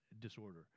disorder